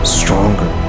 stronger